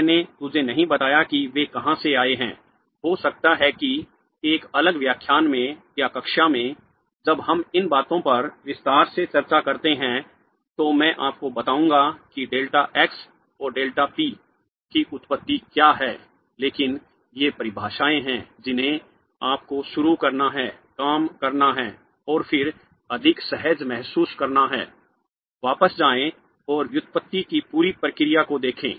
मैं ने तुझे नहीं बताया कि वे कहां से आए हैं हो सकता है कि एक अलग व्याख्यान में या कक्षा में जब हम इन बातों पर विस्तार से चर्चा करते हैं तो मैं आपको बताऊंगा कि डेल्टा एक्स और डेल्टा पी की उत्पत्ति क्या है लेकिन ये परिभाषाएं हैं जिन्हें आपको शुरू करना है काम करना है और फिर अधिक सहज महसूस करना है वापस जाएं और व्युत्पत्ति की पूरी प्रक्रिया को देखें